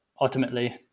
ultimately